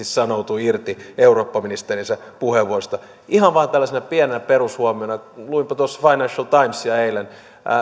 sanoutui irti eurooppaministerinsä puheenvuorosta ihan vain tällaisena pienenä perushuomiona luinpa tuossa financial timesia eilen ja